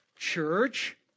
Church